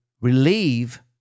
relieve